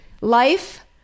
life